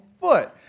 foot